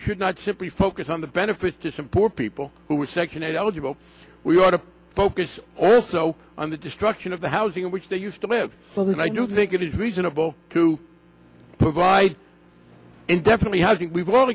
we should not simply focus on the benefits to some poor people who are second eligible we ought to focus also on the destruction of the housing in which they used to live so that i don't think it is reasonable to provide indefinitely housing we've